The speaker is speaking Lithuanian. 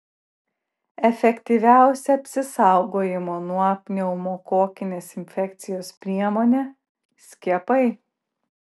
efektyviausia apsisaugojimo nuo pneumokokinės infekcijos priemonė skiepai